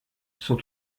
sont